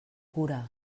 cura